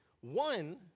One